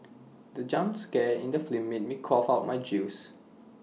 the jump scare in the film made me cough out my juice